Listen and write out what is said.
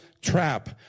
trap